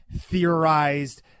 theorized